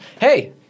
hey –